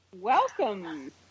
Welcome